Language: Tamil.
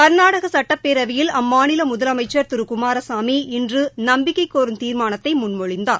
கா்நாடக சட்டப்பேரவையில் அம்மாநில முதலமைச்சா் திரு குமாரசாமி இன்று நம்பிக்கைக் கோரும் தீர்மானத்தை முன்மொழிந்தார்